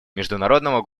международного